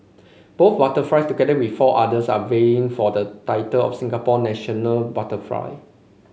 both butterflies together with four others are vying for the title of Singapore national butterfly